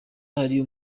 hari